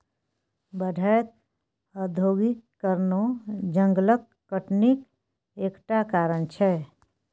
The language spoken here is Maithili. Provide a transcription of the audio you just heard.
बढ़ैत औद्योगीकरणो जंगलक कटनीक एक टा कारण छै